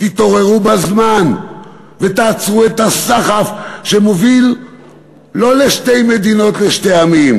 תתעוררו בזמן ותעצרו את הסחף שמוביל לא לשתי מדינות לשני עמים,